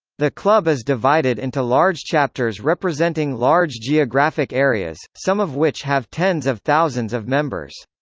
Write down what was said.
the club is divided into large chapters representing large geographic areas, some of which have tens of thousands of members.